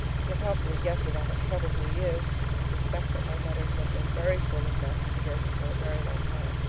you can probably guess without much trouble who he is. i suspect that my letters have been very full of master jervie for a very long time.